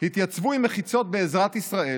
התייצבו עם מחיצות ב'עזרת ישראל',